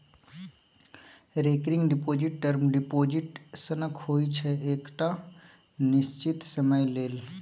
recurring deposit term deposit सनक होइ छै एकटा निश्चित समय लेल